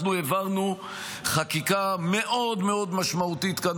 אנחנו העברנו חקיקה מאוד מאוד משמעותית כאן